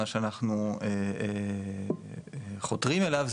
מה שאנחנו חותרים אליו,